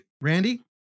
Randy